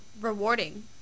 rewarding